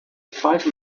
five